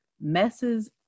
messes